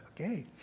Okay